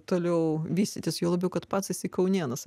toliau vystytis juo labiau kad pats esi kaunėnas